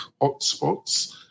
hotspots